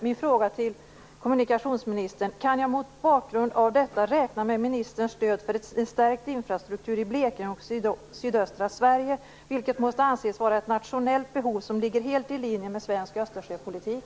Min fråga till kommunikationsministern är: Kan jag mot bakgrund av detta räkna med ministerns stöd för en stärkt infrastruktur i Blekinge och sydöstra Sverige, något som måste anses vara ett nationellt behov helt i linje med svensk Östersjöpolitik?